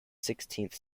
sixteenth